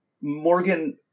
Morgan